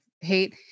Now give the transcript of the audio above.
hate